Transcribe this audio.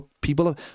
People